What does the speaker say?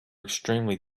extremely